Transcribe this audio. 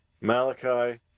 Malachi